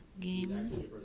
game